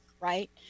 right